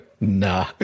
Nah